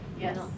Yes